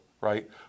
right